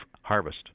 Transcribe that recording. harvest